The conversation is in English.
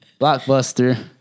Blockbuster